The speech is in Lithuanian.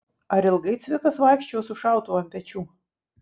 ar ilgai cvikas vaikščiojo su šautuvu ant pečių